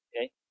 Okay